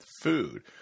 food